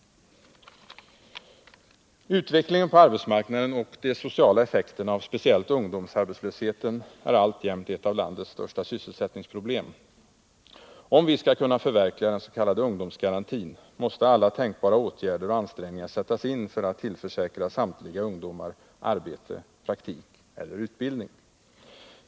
Utvecklingen på arbetsmarknaden och de sociala effekterna av speciellt ungdomsarbetslösheten är alltjämt ett av landets största sysselsättningsproblem. Om vi skall kunna förverkliga den s.k. ungdomsgarantin, måste alla tänkbara åtgärder och ansträngningar sättas in för att tillförsäkra samtliga ungdomar arbete, praktik eller utbildning.